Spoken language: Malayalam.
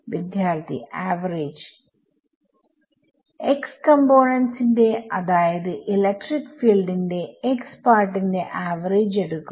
വിദ്യാർത്ഥി ആവറേജ് x കമ്പോണെന്റ്സിന്റെ അതായത് ഇലക്ട്രിക് ഫീൽഡിന്റെ x പാർട്ടിന്റെ ആവറേജ് എടുക്കുക